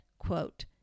Quote